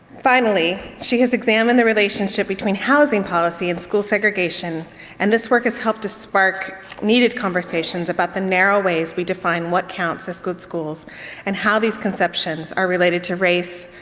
finally, she has examined the relationship between housing policy and school segregation and this work has helped to spark needed conversations about the narrow ways we define define what counts as good schools and how these conceptions are related to race,